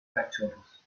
cachorros